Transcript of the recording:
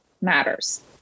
matters